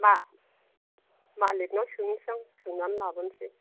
मा मालिकनाव सोंनिसै आं सोंनानै लाबोनोसै